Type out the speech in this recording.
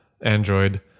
Android